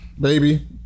Baby